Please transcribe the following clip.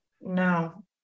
No